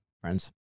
friends